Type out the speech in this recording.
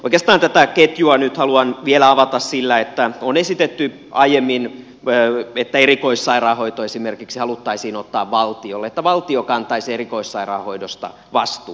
oikeastaan tätä ketjua nyt haluan vielä avata sillä että on esitetty aiemmin että erikoissairaanhoito esimerkiksi haluttaisiin ottaa valtiolle että valtio kantaisi erikoissairaanhoidosta vastuun